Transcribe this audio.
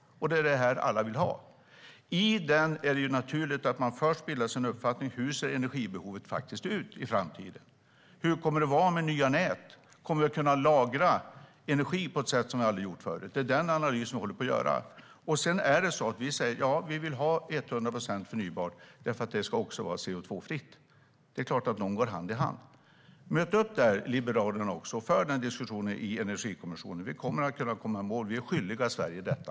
Det är detta alla vill ha. I överenskommelsen är det naturligt att man först bildar sig en uppfattning av hur energibehovet ser ut i framtiden. Hur kommer det att vara med nya nät? Kommer vi att kunna lagra energi på ett sätt som vi aldrig har gjort förut? Det är den analysen vi håller på att göra. Vi säger att vi vill ha 100 procent förnybart eftersom det också ska vara CO2-fritt. Det är klart att detta går hand i hand. Möt upp där, Liberalerna också, och för den diskussionen i Energikommissionen! Vi kommer att kunna komma i mål. Vi är skyldiga Sverige detta.